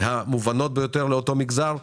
המובנות ביותר לאותו מגזר,